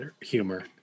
humor